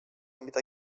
mida